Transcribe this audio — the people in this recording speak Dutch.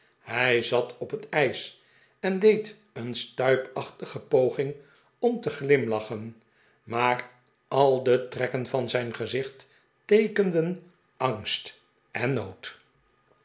hij zat op het ijs en deed een stuipachtige poging om te glim'lachen maar al de trekken van zijn gezicht fteekenden angst en nood